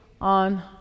on